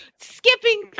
Skipping